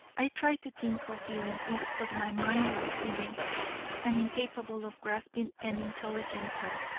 i tried to think coherently, but my mind was feeble and incapable of grasping an intelligent thought.